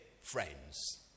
friends